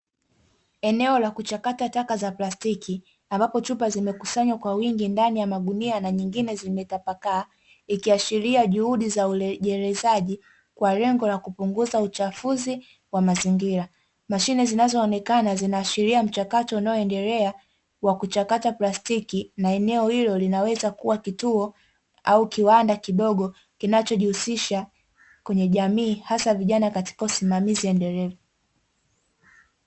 Eneo la kuchakata taka za plastiki ambapo chupa zimekusanywa kwa wingi ndani ya magunia na nyingine zimetapakaa ikiashiria juhudi za ulejezaji, kwa lengo la kupunguza uchafuzi wa mazingira mashine zinazoonekana zinaashiria mchakato unaoendelea wa kuchakata plastiki, na eneo hili linaweza kuwa kituo au kiwanda kidogo kinachojihusisha kwenye jamii hasa vijana katika usimamizi endelevu.